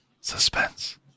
Suspense